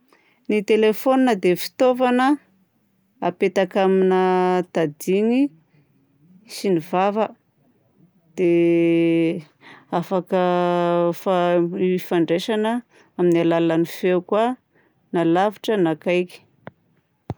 Ny telefaonina dia fitaovana apetaka amina tadigny sy ny vava. Dia afaka fa- hifandraisana amin'ny alalan'ny feo koa na lavitra na akaiky.